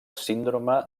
síndrome